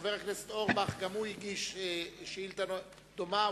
גם חבר הכנסת אורבך הגיש שאילתא דומה,